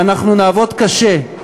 ואנחנו נעבוד קשה,